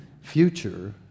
future